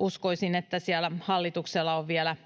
Uskoisin, että siellä hallituksella on vielä